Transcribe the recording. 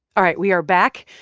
all right. we are back.